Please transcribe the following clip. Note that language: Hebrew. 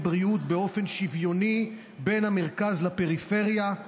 בריאות באופן שוויוני בין המרכז לפריפריה,